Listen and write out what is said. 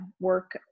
work